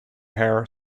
hair